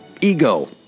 ego